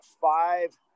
five